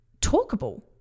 talkable